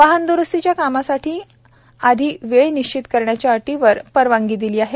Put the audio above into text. वाहन द्रुस्तीच्या कामांसाठी आधी वेळ निश्चित करण्याच्या अटीवर परवानगी दिली आहे